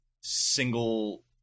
single